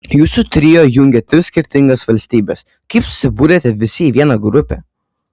jūsų trio jungia tris skirtingas valstybes kaip susibūrėte visi į vieną grupę